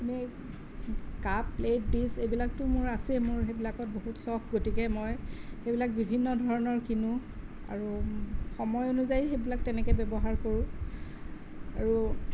এনেই cup plate dish এইবিলাকতো মোৰ আছেই মোৰ এইবিলাকত বহুত চখ গতিকে মই এইবিলাক বিভিন্ন ধৰণৰ কিনোঁ আৰু সময় অনুযায়ী সেইবিলাক তেনেকে ব্যৱহাৰ কৰোঁ আৰু